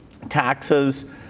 taxes